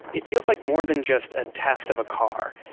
it feels like more than just a test of a car.